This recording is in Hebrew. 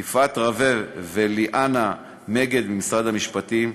ליפעת רווה וליאנה מגד ממשרד המשפטים,